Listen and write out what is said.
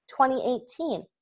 2018